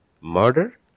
murder